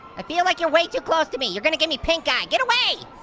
i feel like you're way too close to me. you're gonna give me pink eye, get away.